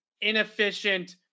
inefficient